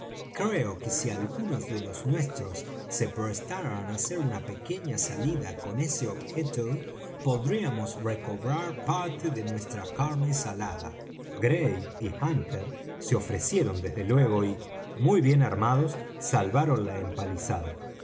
creo que si algunos de los nuestros se prestaran á hacer una pequeña salida con ese objeto podríamos recobrar parte de nuestra carne salada gray y hunter se ofrecieron desde luego y muy bien armados salvaron la empalizada